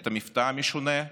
את המבטא המשונה.